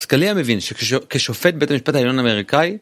סקליה מבין שכשופט בית המשפט העליון האמריקאי